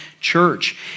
church